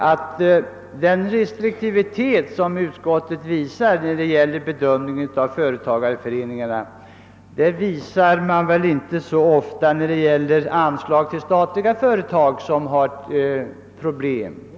Den restriktivitet, som utskottet visar vid bedömningen av företagareföreningarna, kommer inte så ofta till synes när det gäller anslagen till statliga företag som har problem.